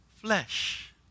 flesh